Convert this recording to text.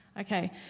Okay